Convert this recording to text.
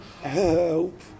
help